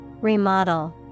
Remodel